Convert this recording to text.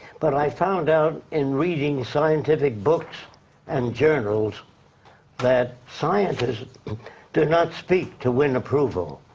but i found out, in reading scientific books and journals that scientists do not speak to win approval.